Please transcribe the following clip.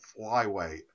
flyweight